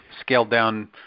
scaled-down